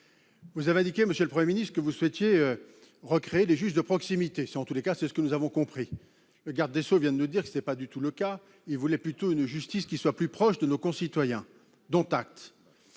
Vous avez indiqué, monsieur le Premier ministre, que vous souhaitiez recréer des juges de proximité, c'est du moins ce que nous avons compris. Le garde des sceaux vient de nous dire que tel n'était pas du tout le cas : il souhaite plutôt une justice plus proche de nos concitoyens. Dont acte